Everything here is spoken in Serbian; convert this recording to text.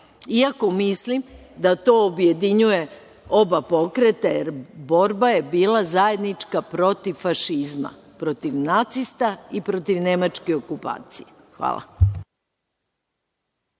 iako mislim da to objedinjuje oba pokreta, jer borba je bila zajednička protiv fašizma, protiv nacista i protiv nemačke okupacije. Hvala.